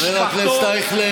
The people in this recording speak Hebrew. חבר הכנסת אייכלר,